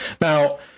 Now